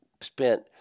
spent